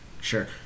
sure